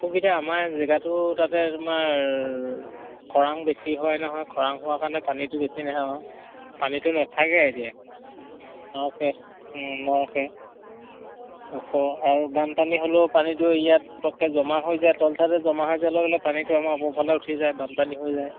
অসুবিধা আমাৰ জেগাটো তাতে তোমাৰ খৰাং বেছি হয় নহয় খৰাং হোৱা কাৰণে পানীটো বেছি নহয় পানীটো নেথাকে এতিয়া নৰখে নৰখে ওখ আৰু বানপানী হ'লেও পানীটো ইয়াত পটকে জমা হৈ যায় তল চাইডে জমা হৈ যোৱাৰ লগে পানীটো আমাৰ ওপৰফালে উঠি যায় বানপানী হৈ যায়